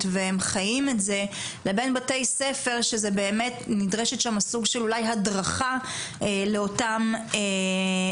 והם חיים את זה לבין בתי ספר שנדרשת שמה סוג של הדרכה לאותם מורים.